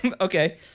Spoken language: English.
Okay